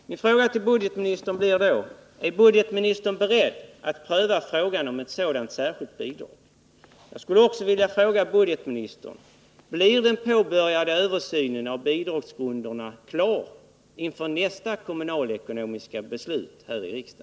Min fråga till budgetministern blir då: Är budgetministern beredd att pröva frågan om ett sådant särskilt bidrag?